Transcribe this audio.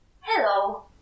hello